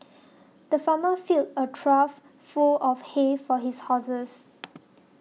the farmer filled a trough full of hay for his horses